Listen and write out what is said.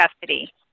custody